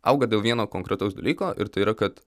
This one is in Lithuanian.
auga dėl vieno konkretaus dalyko ir tai yra kad